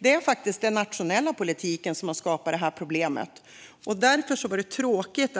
Det är faktiskt den nationella politiken som har skapat det här problemet. Därför var det tråkigt